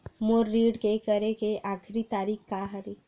मोर ऋण के करे के आखिरी तारीक का हरे?